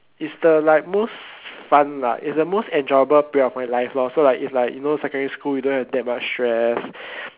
is the like most fun lah is the most enjoyable period of my life lor so like is like you know secondary school you don't have that much stress